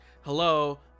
Hello